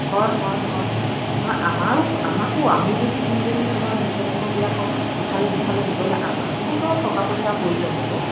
হয় হয় হয় নহয় আমাৰো আমাকো আমি যদি দুইজনী তোমাৰ বিকলাংগবিলাকক ইফালে সিফালে নিবলে আমাকোতো টকা পইচাৰ প্ৰয়োজন হ'ব